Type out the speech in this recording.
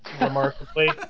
remarkably